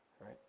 right